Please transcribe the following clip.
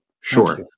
Sure